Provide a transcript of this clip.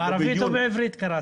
בעברית או בערבית קראת?